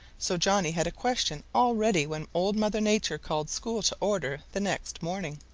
so johnny had a question all ready when old mother nature called school to order the next morning.